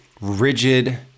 rigid